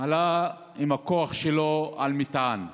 הוא עלה עם הכוח שלו על מטען ונפצע,